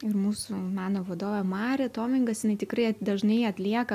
ir mūsų meno vadovė marė tomingas jinai tikrai dažnai atlieka